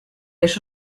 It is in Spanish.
eso